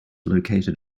located